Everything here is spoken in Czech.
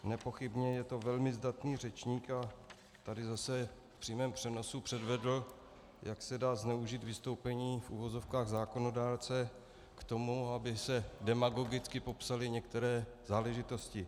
Nepochybně je to velmi zdatný řečník a tady zase v přímém přenosu předvedl, jak se dá zneužít vystoupení v uvozovkách zákonodárce k tomu, aby se demagogicky popsaly některé záležitosti.